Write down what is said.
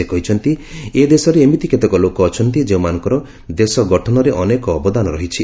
ସେ କହିଛନ୍ତି ଏ ଦେଶରେ ଏମିତି କେତେକ ଲୋକ ଅଛନ୍ତି ଯେଉଁମାନଙ୍କର ଦେଶ ଗଠନରେ ଅନେକ ଅବଦାନ ରହିଛି